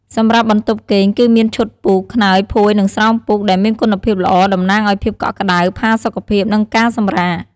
សម្រាប់បន្ទប់គេង គឺមានឈុតពូក ខ្នើយ ភួយ និងស្រោមពូកដែលមានគុណភាពល្អតំណាងឲ្យ ភាពកក់ក្តៅ ផាសុកភាព និង ការសម្រាក។